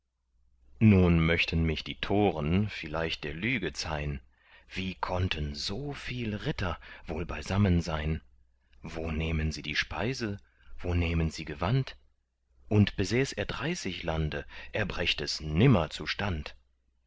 nun möchten mich die toren vielleicht der lüge zeihn wie konnten so viel ritter wohl beisammen sein wo nähmen sie die speise wo nähmen sie gewand und besäß er dreißig lande er brächt es nimmer zustand